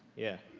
yeah,